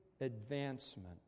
advancement